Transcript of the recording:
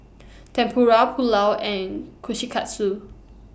Tempura Pulao and Kushikatsu